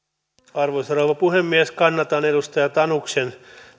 arvoisa rouva puhemies kannatan edustaja tanuksen